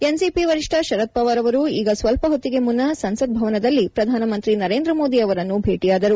NCP ವರಿಷ್ತ ಶರದ್ ಪವಾರ್ ಅವರು ಈಗ ಸ್ವಲ್ಪಹೊತ್ತಿಗೆ ಮುನ್ನ ಸಂಸತ್ ಭವನದಲ್ಲಿ ಪ್ರಧಾನಮಂತ್ರಿ ನರೇಂದ್ರ ಮೋದಿ ಅವರನ್ನು ಭೇಟಿಯಾದರು